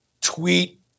tweet